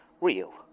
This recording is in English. real